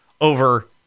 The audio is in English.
over